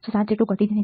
707 જેટલું ઘટી જાય છે